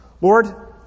Lord